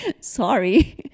Sorry